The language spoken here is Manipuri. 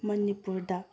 ꯃꯅꯤꯄꯨꯔꯗ